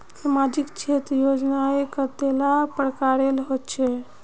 सामाजिक क्षेत्र योजनाएँ कतेला प्रकारेर होचे?